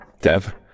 Dev